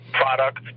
Product